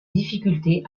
difficultés